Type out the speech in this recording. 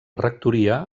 rectoria